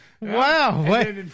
Wow